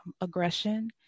aggression